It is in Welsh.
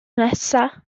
nesa